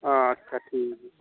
ᱟᱪᱪᱷᱟ ᱴᱷᱤᱠ ᱜᱮᱭᱟ